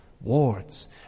wards